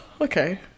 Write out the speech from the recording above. okay